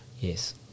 Yes